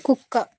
కుక్క